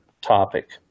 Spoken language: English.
topic